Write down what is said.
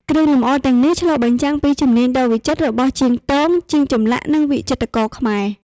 គ្រឿងលម្អទាំងនេះឆ្លុះបញ្ចាំងពីជំនាញដ៏វិចិត្ររបស់ជាងទង ជាងចម្លាក់ និងវិចិត្រករខ្មែរ។